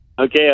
Okay